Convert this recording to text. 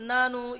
Nanu